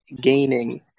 gaining